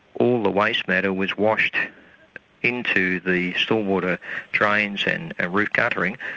all the waste matter was washed into the stormwater drains and ah roof guttering,